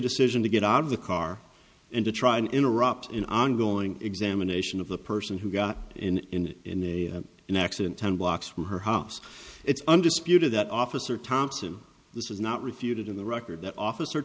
decision to get out of the car and to try and interrupt in ongoing examination of the person who got in in an accident ten blocks from her house it's undisputed that officer thompson this is not refuted in the record that officer